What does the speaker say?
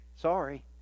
Sorry